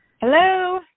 Hello